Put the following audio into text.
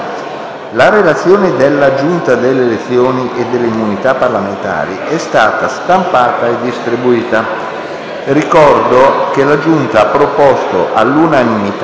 La relazione della Giunta delle elezioni e delle immunità parlamentari è stata stampata e distribuita. Ricordo che la Giunta delle elezioni